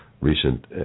recent